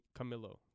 Camilo